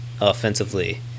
offensively